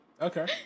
Okay